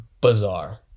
bizarre